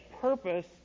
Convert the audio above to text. purpose